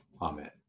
amen